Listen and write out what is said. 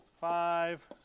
five